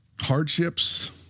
hardships